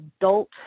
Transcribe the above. adult